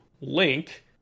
Link